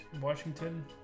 Washington